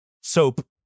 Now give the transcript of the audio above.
Soap